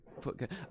put